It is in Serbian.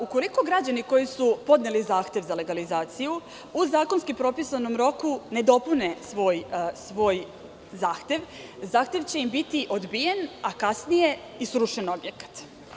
Ukoliko građani koji su podneli zahtev za legalizaciju u zakonski propisanom roku ne dopune svoj zahtev, zahtev će im biti odbijen, a kasnije i srušen objekat.